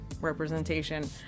representation